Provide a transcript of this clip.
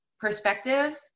perspective